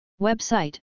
Website